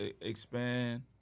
expand